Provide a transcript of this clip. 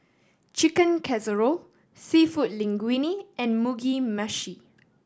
Chicken Casserole Seafood Linguine and Mugi Meshi